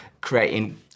creating